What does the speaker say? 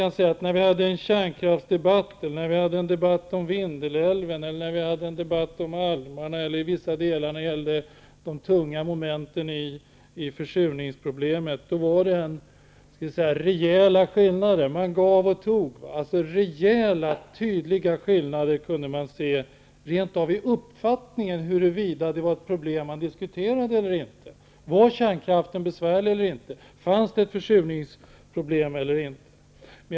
När vi hade en kärnkraftsdebatt, en debatt om Vindelälven, en debatt om almarna eller en debatt om de tunga momenten när det gäller försurningsproblemet, framkom rejäla skillnader. Det var fråga om att ge och ta. Man kunde se rejäla, tydliga skillnader rent av i uppfattningen om huruvida det var ett problem som man diskuterade eller inte. Var kärnkraften besvärlig eller inte? Fanns det ett försurningsproblem eller inte? Fru talman!